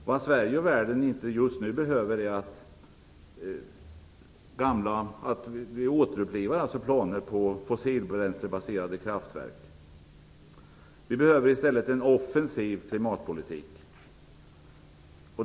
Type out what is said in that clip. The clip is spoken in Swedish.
Vad Sverige och världen i övrigt just nu inte behöver är en återupplivning av gamla planer på fossilbränslebaserade kraftverk. Vi behöver i stället en offensiv klimatpolitik.